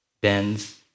bends